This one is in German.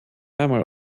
einmal